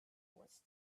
was